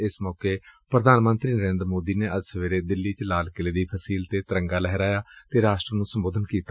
ਏਸ ਮੌਕੇ ਪ੍ਰਧਾਨ ਮੰਤਰੀ ਨਰੇਦਰ ਮੌਦੀ ਨੇ ਅੱਜ ਸਵੇਰੇ ਦਿੱਲੀ ਚ ਲਾਲ ਕਿਲੇ ਦੀ ਫਸੀਲ ਤੇ ਤਿਰੰਗਾ ਲਹਿਰਾਇਆ ਅਤੇ ਰਾਸਟਰ ਨੂੰ ਸੰਬੋਧਨ ਕੀਤਾ